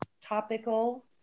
topical